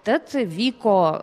tad vyko